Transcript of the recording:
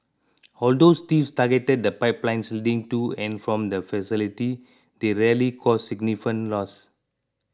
although thieves targeted the pipelines leading to and from the facility they rarely caused significant loss